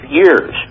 years